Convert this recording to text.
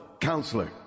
counselor